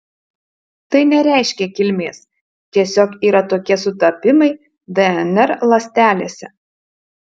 tai nereiškia kilmės tiesiog yra tokie sutapimai dnr ląstelėse